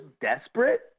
desperate